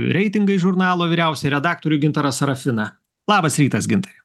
reitingai žurnalo vyriausiąjį redaktorių gintaras sarafiną labas rytas gintai